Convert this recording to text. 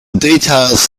details